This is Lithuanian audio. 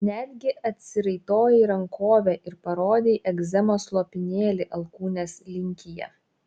netgi atsiraitojai rankovę ir parodei egzemos lopinėlį alkūnės linkyje